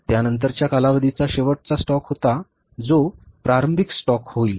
त्या नंतरच्या कालावधीचा शेवटचा स्टॉक होता जो प्रारंभिक स्टॉक होईल